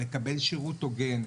לקבל שירות הוגן,